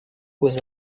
was